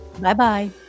Bye-bye